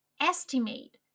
estimate